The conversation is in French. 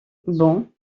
bon